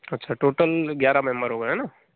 अच्छा टोटल ग्यारह मेंबर हो गए है ना